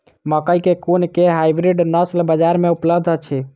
मकई केँ कुन केँ हाइब्रिड नस्ल बजार मे उपलब्ध अछि?